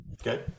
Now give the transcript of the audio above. okay